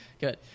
Good